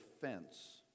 fence